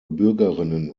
bürgerinnen